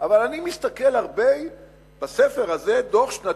אבל אני מסתכל הרבה בספר הזה: דוח שנתי,